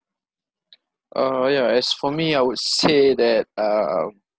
uh ya as for me I would say that um